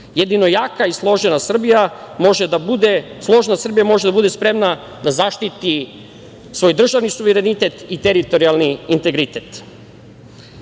Jedino jaka i složna Srbija može da bude spremna da zaštiti svoj državni suverenitet i teritorijalni integritet.U